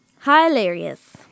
Hilarious